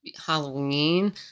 Halloween